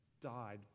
died